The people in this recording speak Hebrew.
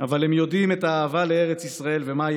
אבל הם יודעים את האהבה לארץ ישראל ומהי